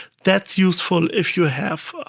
that's useful if you have,